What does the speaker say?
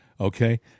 Okay